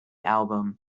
album